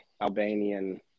Albanian